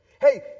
Hey